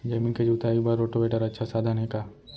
जमीन के जुताई बर रोटोवेटर अच्छा साधन हे का?